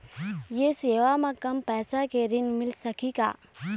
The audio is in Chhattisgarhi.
ये सेवा म कम पैसा के ऋण मिल सकही का?